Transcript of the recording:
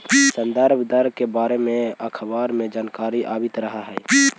संदर्भ दर के बारे में अखबार में जानकारी आवित रह हइ